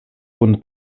kun